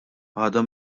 għada